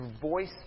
voice